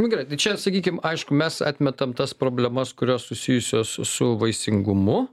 nu gerai tai čia sakykim aišku mes atmetam tas problemas kurios susijusios su su vaisingumu